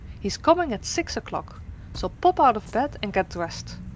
he is coming at six o'clock so pop out of bed and get dressed.